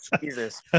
Jesus